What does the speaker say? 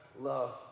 love